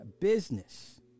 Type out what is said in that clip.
business